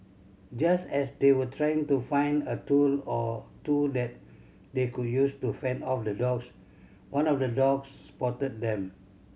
just as they were trying to find a tool or two that they could use to fend off the dogs one of the dogs spotted them